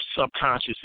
subconscious